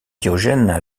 diogène